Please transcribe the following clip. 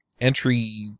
entry